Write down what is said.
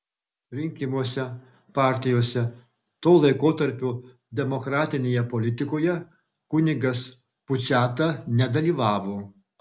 rinkimuose partijose to laikotarpio demokratinėje politikoje kunigas puciata nedalyvavo